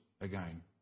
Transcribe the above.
again